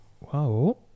wow